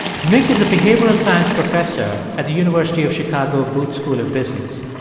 nick is a behavioral science professor at the university of chicago booth school of business.